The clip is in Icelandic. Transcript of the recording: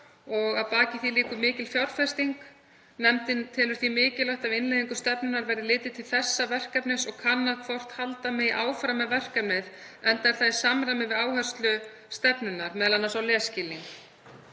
og að baki því liggur mikil fjárfesting. Nefndin telur því mikilvægt að við innleiðingu stefnunnar verði litið til þessa verkefnis og kannað hvort halda megi áfram með það enda er það í samræmi við áherslu stefnunnar, m.a. á lesskilning.